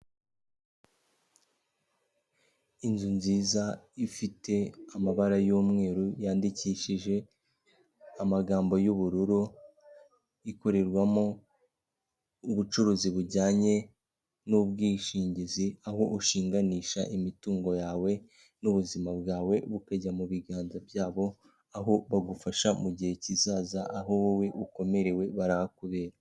Inzu nziza ifite amabara y'umweru yandikishije amagambo y'ubururu ikorerwamo ubucuruzi bujyanye n'ubwishingizi aho ushinganisha imitungo yawe n'ubuzima bwawe bukajya mu biganza byabo aho bagufasha mu gihe kizaza aho wowe ukomerewe barahakubera.